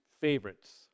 favorites